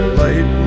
light